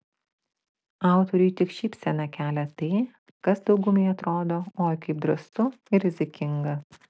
autoriui tik šypseną kelia tai kas daugumai atrodo oi kaip drąsu ir rizikinga